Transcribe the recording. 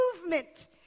movement